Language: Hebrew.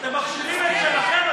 אתם מכשילים משלכם.